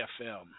FM